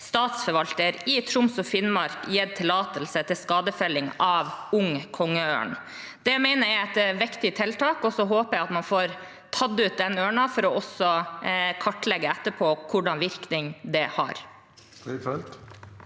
Statsforvalteren i Troms og Finnmark gitt tillatelse til skadefelling av ung kongeørn. Det mener jeg er et viktig tiltak, og så håper jeg at man får tatt ut den ørnen, for etterpå å kartlegge hvilken virkning det har.